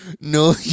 no